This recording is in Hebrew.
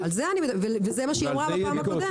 על זה אני מדברת, וזה מה שהיא אמרה בפעם הקודמת.